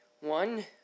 One